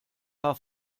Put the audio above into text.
paar